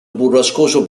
burrascoso